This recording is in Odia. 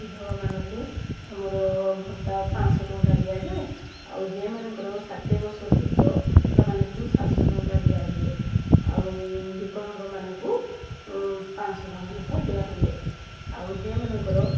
ବିଧବାମାନଙ୍କୁ ଆମର ଭତ୍ତା ପାଁଶହ ଟଙ୍କା ଦିଆଯାଏ ଆଉ ଝିଅମାନଙ୍କର ଷାଠିଏ ବର୍ଷ ରୁ ଉର୍ଦ୍ଧ ସେମାନଙ୍କୁ ସାତଶହ ଟଙ୍କା ଦିଆହୁଏ ଆଉ ବିକଳଙ୍କ ମାନଙ୍କୁ ପାଁଶହ ଟଙ୍କା ନେଖା ଦିଆହୁଏ ଆଉ ଝିଅ ମାନଙ୍କର